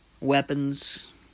weapons